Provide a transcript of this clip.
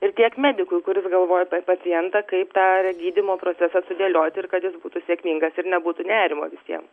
ir tiek medikui kuris galvoja apie pacientą kaip tą re gydymo procesą sudėlioti ir kad jis būtų sėkmingas ir nebūtų nerimo visiem